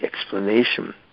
explanation